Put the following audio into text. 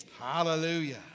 Hallelujah